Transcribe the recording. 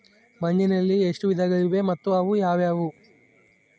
ಮಣ್ಣಿನಲ್ಲಿ ಎಷ್ಟು ವಿಧಗಳಿವೆ ಮತ್ತು ಅವು ಯಾವುವು?